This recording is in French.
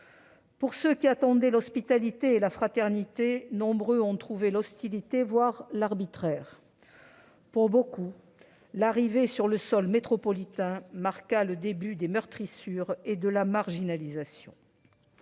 Ils attendaient l'hospitalité et la fraternité : ils ont souvent trouvé l'hostilité, voire l'arbitraire. Pour beaucoup, l'arrivée sur le sol métropolitain marqua le début des meurtrissures et de la marginalisation.